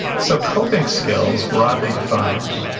so coping skills, broadly defined,